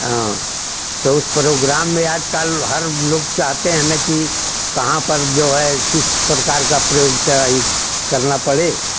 हाँ तो उस प्रोग्राम में आजकल हर लोग चाहते हैं ना कि कहाँ पर जो है किस प्रकार का प्रयोग चराईज करना पड़े